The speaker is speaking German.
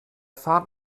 fahrt